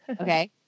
Okay